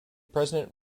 president